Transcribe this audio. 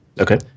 Okay